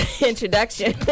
introduction